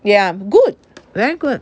ya good very good